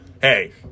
Hey